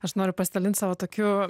aš noriu pasidalint savo tokiu